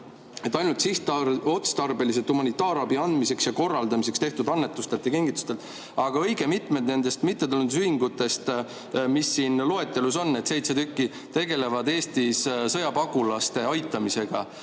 on kirjas "sihtotstarbeliselt humanitaarabi andmiseks ja korraldamiseks tehtud annetustelt ja kingitustelt". Aga õige mitmed nendest mittetulundusühingutest, mis siin loetelus on – need seitse tükki –, tegelevad Eestis sõjapagulaste aitamisega.